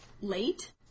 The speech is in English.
late